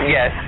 Yes